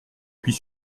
puis